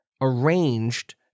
arranged